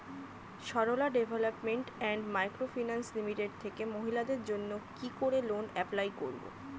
Sarala development and micro finance limited থেকে মহিলাদের জন্য কি করে লোন এপ্লাই করব?